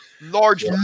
large